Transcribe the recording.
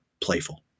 playful